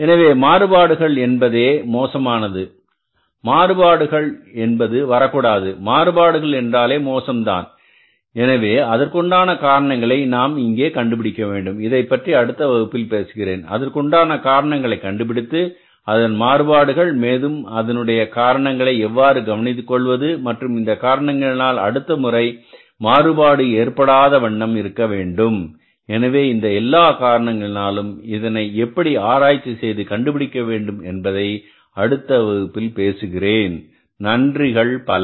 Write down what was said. எனவே மாறுபாடுகள் என்பதே மோசமானது மாறுபாடுகள் என்பது வரக்கூடாது மாறுபாடுகள் என்றாலே மோசம்தான் எனவே அதற்கான காரணங்களை நாம் இங்கே கண்டுபிடிக்க வேண்டும் இதைப்பற்றி நான் அடுத்த வகுப்பில் பேசுகிறேன் அதற்குண்டான காரணங்களை கண்டுபிடித்து அதன் மாறுபாடுகள் மேலும் அதனுடைய காரணங்களை எவ்வாறு கவனித்துக்கொள்வது மற்றும் இந்த காரணங்களினால் அடுத்த முறை மாறுபாடு ஏற்படாத வண்ணம் இருக்க வேண்டும் எனவே இந்த எல்லா காரணங்களினாலும் இதனை எப்படி ஆராய்ச்சி செய்து கண்டுபிடிக்க வேண்டும் என்பதை அடுத்த வகுப்பில் பேசுகிறேன் நன்றிகள் பல